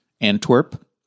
Antwerp